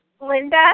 Linda